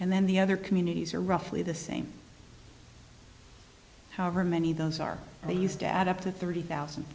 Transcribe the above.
and then the other communities are roughly the same however many those are they used to add up to thirty thousand